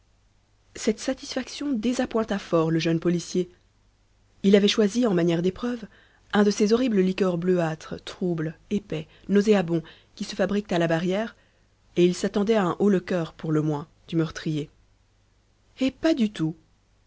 cette satisfaction désappointa fort le jeune policier il avait choisi en manière d'épreuve un de ces horribles liquides bleuâtres troubles épais nauséabonds qui se fabriquent à la barrière et il s'attendait à un haut le cœur pour le moins du meurtrier et pas du tout